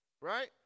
right